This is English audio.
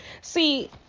See